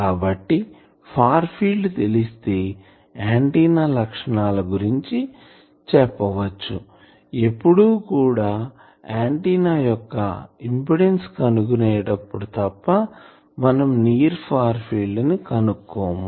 కాబట్టి far field తెలిస్తే antenna లక్షణాల గురించి చెప్పవచ్చు ఎప్పుడు కూడా ఆంటిన్నా యొక్క ఇంపిడెన్సు కనుగునేటప్పుడు తప్ప మనం నియర్ ఫీల్డ్ ని కనుక్కోము